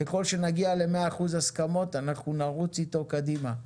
ככל שנגיע למאה אחוז הסכמות אנחנו נרוץ איתו קדימה.